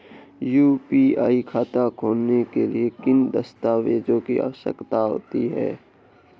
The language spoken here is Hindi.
यू.पी.आई खाता खोलने के लिए किन दस्तावेज़ों की आवश्यकता होती है?